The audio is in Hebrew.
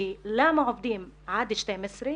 למה עובדים עד 12:00,